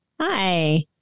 Hi